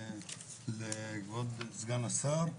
לכבוד סגן השרה,